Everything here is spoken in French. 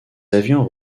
avions